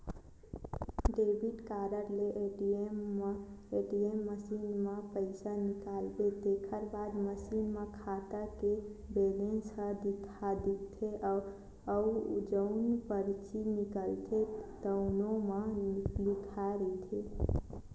debit card ले ATM machine म पइसा निकालबे तेखर बाद मसीन म खाता के बेलेंस ह दिखथे अउ जउन परची निकलथे तउनो म लिखाए रहिथे